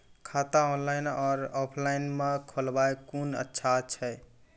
खाता ऑनलाइन और ऑफलाइन म खोलवाय कुन अच्छा छै?